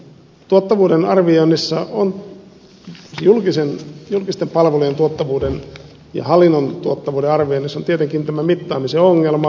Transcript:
tuottavuuden arvioinnissa julkisten palvelujen tuottavuuden ja hallinnon tuottavuuden arvioinnissa on tietenkin tämä mittaamisen ongelma